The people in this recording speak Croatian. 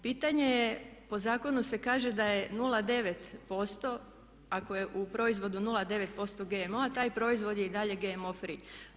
Pitanje je, po zakonu se kaže da je 0,9% ako je u proizvodu 0,9% GMO-a taj proizvod je i dalje GMO free.